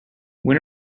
when